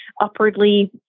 upwardly